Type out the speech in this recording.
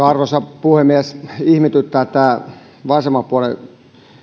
arvoisa puhemies ihmetyttää tämä vasemman puolen